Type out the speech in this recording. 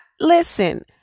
Listen